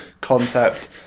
concept